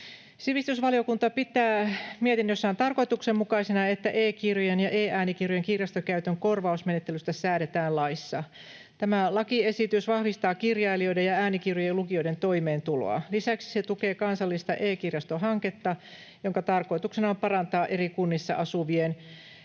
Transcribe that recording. Sivistysvaliokunta pitää mietinnössään tarkoituksenmukaisena, että e-kirjojen ja e-äänikirjojen kirjastokäytön korvausmenettelystä säädetään laissa. Tämä lakiesitys vahvistaa kirjailijoiden ja äänikirjojen lukijoiden toimeentuloa. Lisäksi se tukee kansallista e-kirjastohanketta, jonka tarkoituksena on parantaa eri kunnissa asuvien